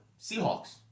Seahawks